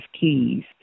keys